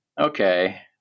okay